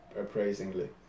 appraisingly